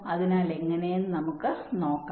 അതിനാൽ എങ്ങനെയെന്ന് നോക്കാം